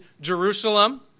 Jerusalem